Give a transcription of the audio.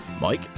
Mike